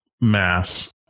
mass